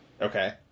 Okay